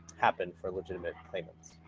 happen for legitimate claimants?